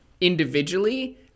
individually